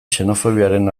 xenofobiaren